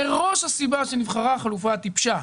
מראש הסיבה שנבחרה החלופה הטיפשה,